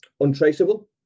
untraceable